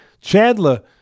Chandler